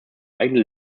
eigene